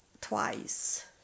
twice